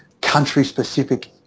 country-specific